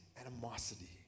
animosity